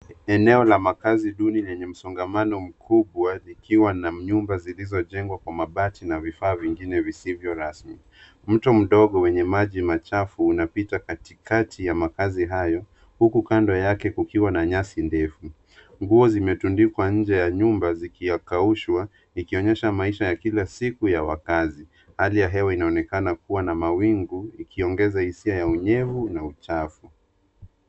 Eneo la makaazi duni lenye msongamano mkubwa likiwa na nyumba zilizojengwa kwa mabati na vifaa vyengine vizivyo rasmi. Mto mdogo wenye maji machafu unapita katikati ya makazi hayo huku kando yake kukiwa na nyasi ndefu. Nguo zimetundikwa nje ya nyumba zikikaushwa, ikionyesha maisha ya kila siku ya wakazi. Hali ya hewa inaonekana kuwa na mawingu, ikiongeza hisia ya unyevu na uchafu.